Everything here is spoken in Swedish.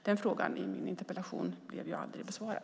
Den frågan i min interpellation blev aldrig besvarad.